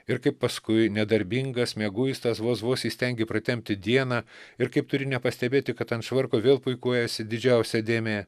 ir kaip paskui nedarbingas mieguistas vos vos įstengi pratempti dieną ir kaip turi nepastebėti kad ant švarko vėl puikuojasi didžiausia dėmė